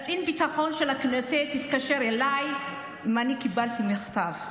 קצין ביטחון של הכנסת התקשר אליי ושאל אם קיבלתי מכתב.